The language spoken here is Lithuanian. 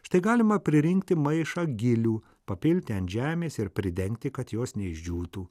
štai galima pririnkti maišą gilių papilti ant žemės ir pridengti kad jos neišdžiūtų